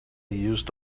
used